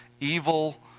evil